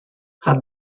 had